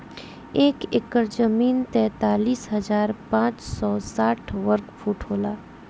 एक एकड़ जमीन तैंतालीस हजार पांच सौ साठ वर्ग फुट होला